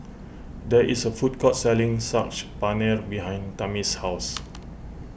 there is a food court selling Saag Paneer behind Tamie's house